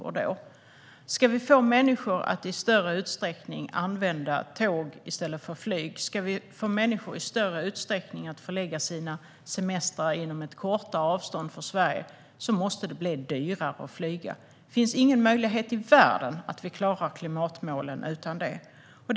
Om vi ska få människor att i större utsträckning använda tåg i stället för flyg och förlägga sina semestrar inom ett kortare avstånd från Sverige måste det bli dyrare att flyga. Det finns ingen möjlighet i världen att vi klarar klimatmålen utan detta.